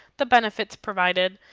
the benefits provided,